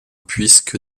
puisque